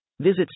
Visit